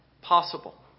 possible